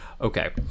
Okay